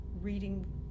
reading